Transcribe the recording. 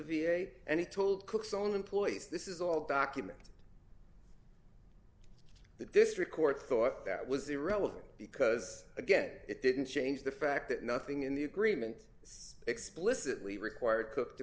v a and he told cook's own employees this is all documented the district court thought that was irrelevant because again it didn't change the fact that nothing in the agreement explicitly required cook to